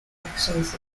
accents